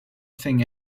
thing